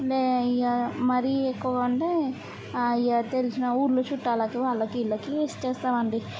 ఇక మరి ఎక్కువ ఉంటే ఇగ తెలిసిన ఊరిలోచుట్టాలకి వాళ్ళకి వీళ్ళకి ఇచ్చేస్తామండీ